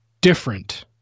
different